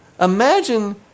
imagine